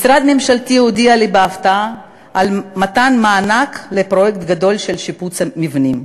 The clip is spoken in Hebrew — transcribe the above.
משרד ממשלתי הודיע לי בהפתעה על מתן מענק לפרויקט גדול של שיפוץ מבנים.